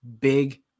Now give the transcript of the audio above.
big